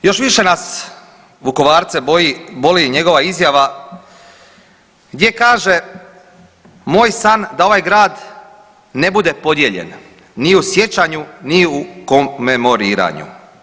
Još više nas, Vukovarce, boli njegova izjava, gdje kaže, moj je san da ovaj grad ne bude podijeljen ni u sjećanju ni u komemoriranju.